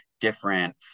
different